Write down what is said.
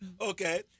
okay